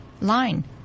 line